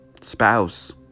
spouse